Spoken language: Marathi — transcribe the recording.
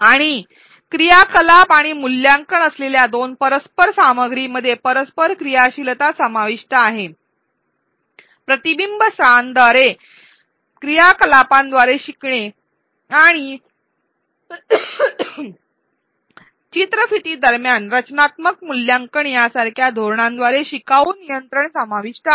आणि क्रियाकलाप आणि मूल्यांकन असलेल्या दोन परस्पर सामग्रीमध्ये परस्पर क्रियाशीलता समाविष्ट आहे प्रतिबिंब स्थळांद्वारे क्रियाकलापांद्वारे शिकणे आणि चित्रफितीदरम्यान रचनात्मक मूल्यांकन यासारख्या धोरणांद्वारे शिकाऊ नियंत्रण समाविष्ट आहे